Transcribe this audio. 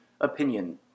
opinion